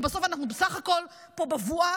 ובסוף אנחנו בסך הכול פה בבואה,